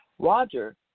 Roger